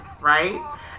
right